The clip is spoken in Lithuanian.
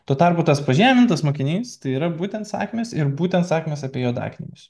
tuo tarpu tas pažemintas mokinys tai yra būtent sakmės ir būtent sakmės apie juodaknygius